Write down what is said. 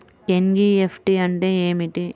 NEFT అంటే ఏమిటి?